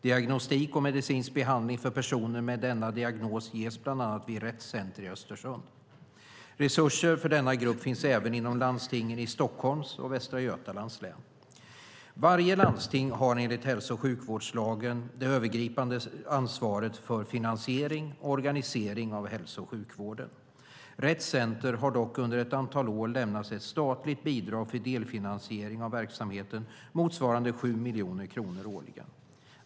Diagnostik och medicinsk behandling för personer med denna diagnos ges bland annat vid Rett Center i Östersund. Resurser för denna grupp finns även inom landstingen i Stockholms och Västra Götalands län. Varje landsting har enligt hälso och sjukvårdslagen, 1982:763, det övergripande ansvaret för finansiering och organisering av hälso och sjukvården. Rett Center har dock under ett antal år lämnats ett statligt bidrag för delfinansiering av verksamheten motsvarande 7 miljoner kronor årligen.